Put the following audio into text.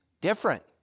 different